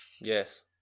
yes